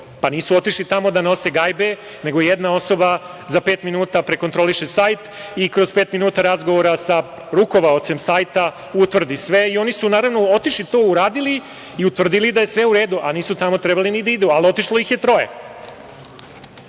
Pa nisu otišli tamo da nose gajbe, nego jedna osoba za pet minuta prekontroliše sajt i kroz pet minuta razgovora sa rukovaocem sajta utvrdi sve. Oni su naravno otišli, to uradili i utvrdili da je sve u redu, a nisu tamo trebali ni da idu, ali otišlo ih je troje.